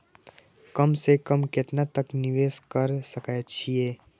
कम से कम केतना तक निवेश कर सके छी ए?